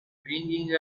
ringing